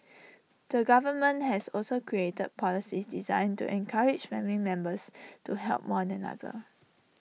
the government has also created policies designed to encourage family members to help one another